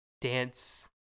dance